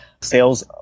Sales